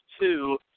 two